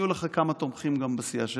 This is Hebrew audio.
יהיו לך כמה תומכים גם בסיעה שלנו.